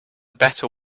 better